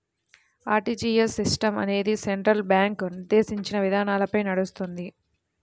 RTGS system అనేది central bank నిర్దేశించిన విధానాలపై నడుస్తుంది